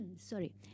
sorry